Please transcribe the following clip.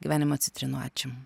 gyvenimo citrinų ačiū